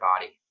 body